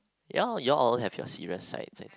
ya you all have your serious side is it